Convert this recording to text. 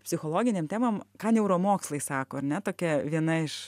psichologinėm temom ką neuromokslai sako ar ne tokia viena iš